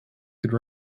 could